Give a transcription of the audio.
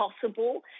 possible